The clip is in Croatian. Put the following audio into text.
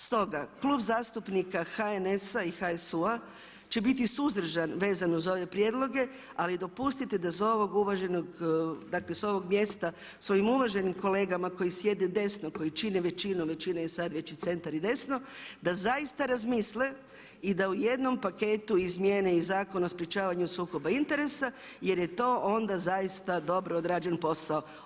Stoga Klub zastupnika HNS-a i HSU-a će biti suzdržan vezano za ove prijedloge ali dopustite da za ovog uvaženog, dakle s ovog mjesta svojim uvaženim kolegama koji sjede desno, koji čine većinu, većina je sad već i centar i desno da zaista razmisle i da u jednom paketu izmjene i Zakon o sprječavanju sukoba interesa jer je to onda zaista dobro odrađen posao.